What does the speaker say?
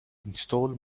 install